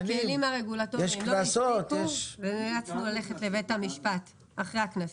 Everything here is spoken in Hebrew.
הכלים הרגולטוריים לא הספיקו והיה צריך ללכת לבית המשפט אחרי הקנסות.